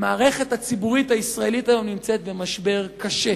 שהמערכת הציבורית הישראלית היום נמצאת במשבר קשה.